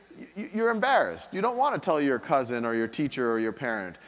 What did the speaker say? you're embarrassed, you don't wanna tell your cousin, or your teacher, or your parent.